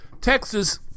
Texas